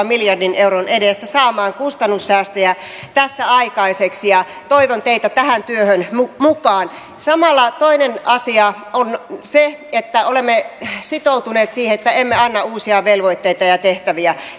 miljardin euron edestä saamaan kustannussäästöjä tässä aikaiseksi ja toivon teitä tähän työhön mukaan samalla toinen asia on se että olemme sitoutuneet siihen että emme anna uusia velvoitteita ja tehtäviä